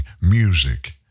music